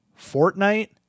Fortnite